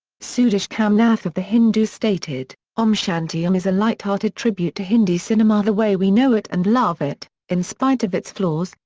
sudish kamnath of the hindu stated, om shanti om is a light-hearted tribute to hindi cinema the way we know it and love it, in spite of its flaws,